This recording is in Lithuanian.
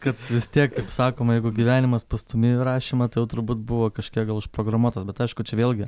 kad vis tiek kaip sakoma jeigu gyvenimas pastūmėjo į rašymą tai jau turbūt buvo kažkiek gal užprogramuotas bet aišku čia vėlgi